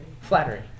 Flattery